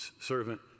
servant